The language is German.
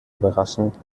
überraschend